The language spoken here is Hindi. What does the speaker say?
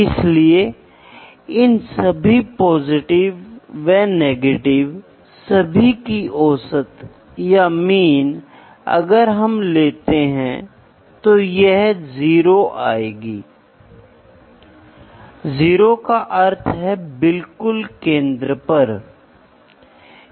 इसलिए वजन को kg की इकाइयों में दिखाया गया है समय को सेकंड में तापमान को डिग्री सेल्सियस में ठीक है विद्युत धारा को Amps मैं मोल वास्तव में पदार्थ की मात्रा जोकि मौजूद है ठीक है कैंडेला रोशनी के लिए या लुमिनस इंटेंसिटी ठीक है दूरी मीटर में है